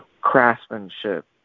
craftsmanship